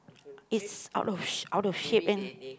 it's out of out of shape and